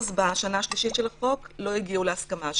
43% בשנה השלישית של החוק לא הגיעו להסכמה.